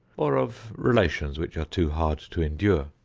or of relations which are too hard to endure.